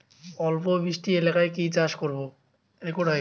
অল্প বৃষ্টি এলাকায় কি চাষ করব?